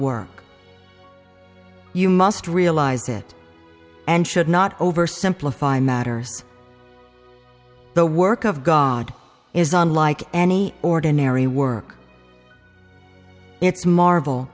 work you must realized it and should not over simplify matters the work of god is unlike any ordinary work its marvel